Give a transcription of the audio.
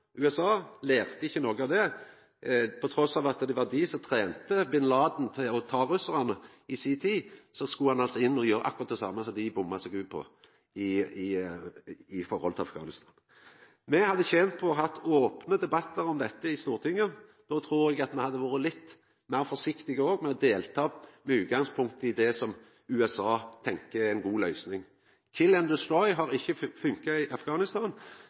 det var dei som trente bin Laden til å ta russarane i si tid, skulle ein altså inn og gjera akkurat det same som dei bomma på, med tanke på Afghanistan. Me hadde tent på å ha opne debattar om dette i Stortinget. Då trur eg at me hadde vore litt meir forsiktige med å delta med utgangspunkt i det som USA tenkjer er ei god løysing. «Kill and destroy» har ikkje funka i